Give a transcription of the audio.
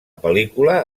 pel·lícula